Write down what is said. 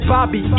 Bobby